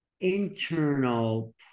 internal